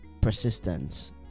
persistence